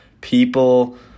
people